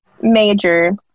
major